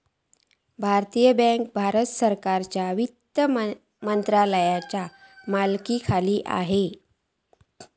भारतीय बँक भारत सरकारच्यो वित्त मंत्रालयाच्यो मालकीखाली असा